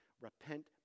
Repent